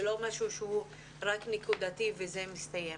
לא משהו שהוא רק נקודתי וזה מסתיים.